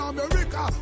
America